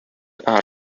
are